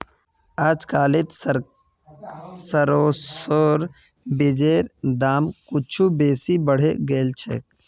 अजकालित सरसोर बीजेर दाम कुछू बेसी बढ़े गेल छेक